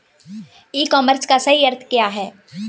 ई commerce का सही अर्थ क्या है?